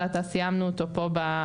זה עתה סיימנו אותו בממשלה,